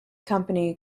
company